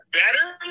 better